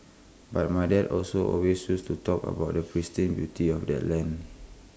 but my dad also always used to talk about the pristine beauty of their land